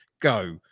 go